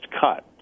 cut